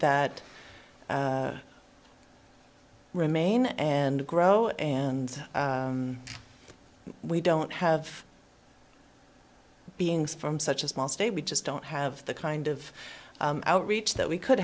that remain and grow and we don't have beings from such a small state we just don't have the kind of outreach that we could